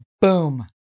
Boom